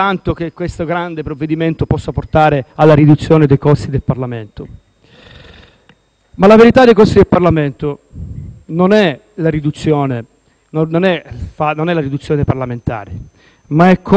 la riduzione dei costi del Parlamento non è la riduzione dei parlamentari, ma è come lo Stato decide di spendere le risorse, cioè i soldi dei cittadini.